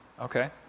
Okay